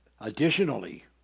additionally